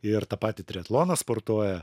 ir tą patį triatloną sportuoja